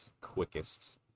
quickest